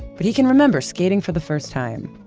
but he can remember skating for the first time.